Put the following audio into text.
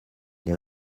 les